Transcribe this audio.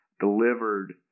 delivered